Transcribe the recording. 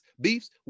beefs